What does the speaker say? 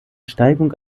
steigung